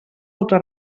altre